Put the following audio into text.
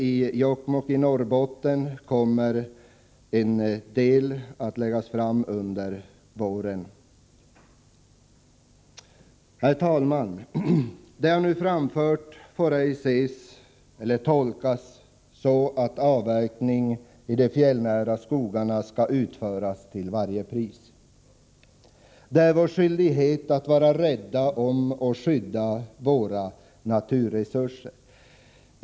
I Jokkmokk i Norrbotten kommer en del planer att läggas fram under våren. Herr talman! Det jag nu framfört får ej ses eller tolkas så, att avverkning i de fjällnära skogarna skall utföras till varje pris. Det är vår skyldighet att vara rädda om och skydda våra naturresurser.